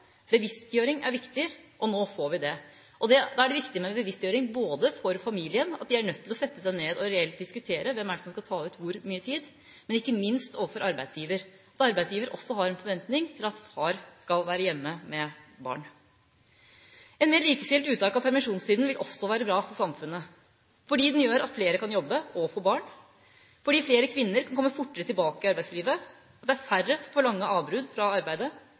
Bevisstgjøring er viktig, og nå får vi det. Da er det viktig med en bevisstgjøring for familien, at de er nødt til å sette seg ned og reelt diskutere hvem som skal ta hvor mye tid, og ikke minst overfor arbeidsgiver, at arbeidsgiver også har en forventning til at far skal være hjemme med barn. Et mer likestilt uttak av permisjonstida vil også være bra for samfunnet fordi det gjør at flere kan jobbe og få barn, fordi flere kvinner kan komme fortere tilbake til arbeidslivet, og det er færre som får lange avbrudd fra arbeidet.